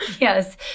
Yes